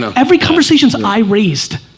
so every conversations i raised.